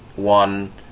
one